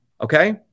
okay